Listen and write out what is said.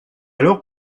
alors